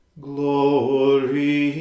Glory